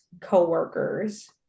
co-workers